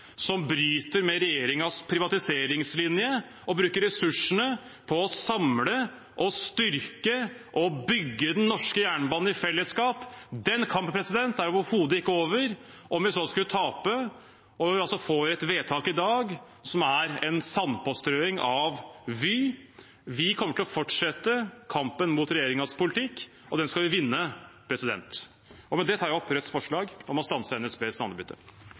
som bryter med regjeringens privatiseringslinje, for å bruke ressursene på å samle, styrke og bygge den norske jernbanen i fellesskap. Den kampen er overhodet ikke over, selv om vi skulle tape og får et vedtak i dag som er en sandpåstrøing av Vy. Vi kommer til å fortsette kampen mot regjeringens politikk, og den skal vi vinne. Med det tar jeg opp Rødts forslag om å stanse NSBs